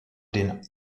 den